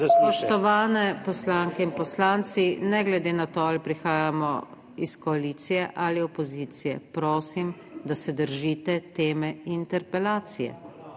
Spoštovane poslanke in poslanci, ne glede na to ali prihajamo iz koalicije ali opozicije, prosim, da se držite teme interpelacije.